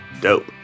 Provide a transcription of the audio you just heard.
Dope